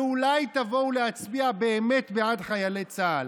ואולי תבואו להצביע באמת בעד חיילי צה"ל.